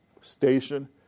station